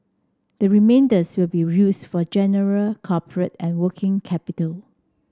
the remainders will be used for general corporate and working capital